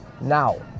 Now